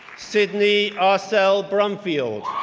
sydney arsell brumfield,